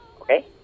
Okay